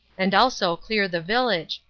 and also clear the village,